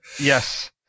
Yes